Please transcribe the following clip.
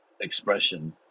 expression